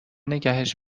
نگهش